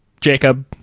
Jacob